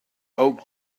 oak